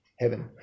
heaven